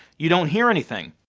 you don't hear anything.